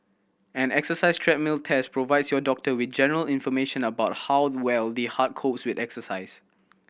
an exercise treadmill test provides your doctor with general information about how well the heart copes with exercise